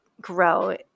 grow